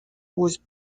was